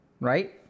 right